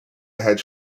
had